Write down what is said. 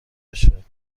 بشه